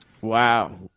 Wow